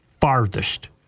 farthest